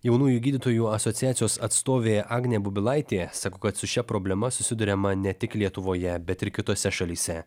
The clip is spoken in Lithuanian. jaunųjų gydytojų asociacijos atstovė agnė bubilaitė sako kad su šia problema susiduriama ne tik lietuvoje bet ir kitose šalyse